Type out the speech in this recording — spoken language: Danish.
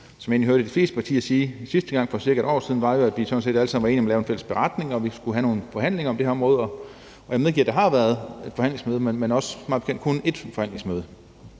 jeg egentlig hørte fra de fleste partier sidste gang, for cirka et år siden, var jo, at vi sådan set alle sammen var enige om at lave en fælles beretning, og at vi skulle have nogle forhandlinger om det her område, og jeg medgiver, at der har været forhandlingsmøde, men mig bekendt også kun ét forhandlingsmøde.